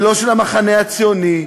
ולא של המחנה הציוני,